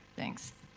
thanks.